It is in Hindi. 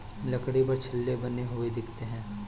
लकड़ी पर छल्ले बने हुए दिखते हैं